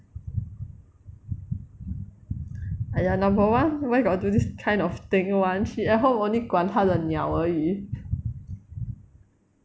!aiya! number one where got do this kind of thing [one] she at home only 管他的鸟而已